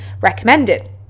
recommended